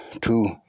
two